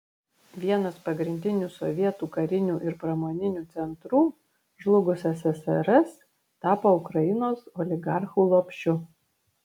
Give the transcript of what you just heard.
vienas pagrindinių sovietų karinių ir pramoninių centrų žlugus ssrs tapo ukrainos oligarchų lopšiu